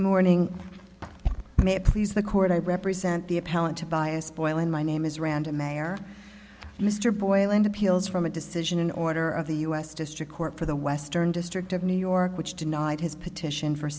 morning may it please the court i represent the appellant tobias boylan my name is random mayor mr boyle and appeals from a decision an order of the u s district court for the western district of new york which denied his petition for